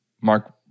Mark